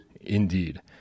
Indeed